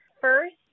first